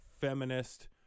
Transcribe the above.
feminist